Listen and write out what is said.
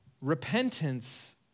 Repentance